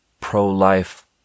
pro-life